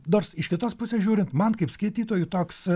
nors iš kitos pusės žiūrint man kaip skaitytojui toks